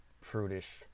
prudish